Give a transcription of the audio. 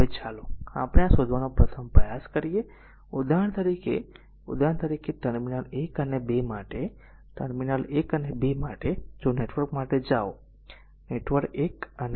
હવે ચાલો આપણે આ શોધવાનો પ્રથમ પ્રયાસ કરીએ ઉદાહરણ તરીકે ઉદાહરણ તરીકે ટર્મિનલ 1 અને 2 માટે ટર્મિનલ 1 અને 2 માટે જો નેટવર્ક માટે જાઓ ટર્મિનલ 1 અને 2 માટે છે